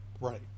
Right